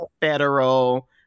federal